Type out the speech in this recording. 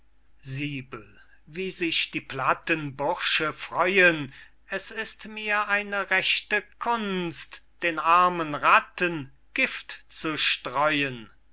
wie sich die platten bursche freuen es ist mir eine rechte kunst den armen ratten gift zu streuen